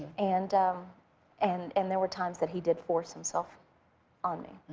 and um and and there were times that he did force himself on me.